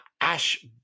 Ash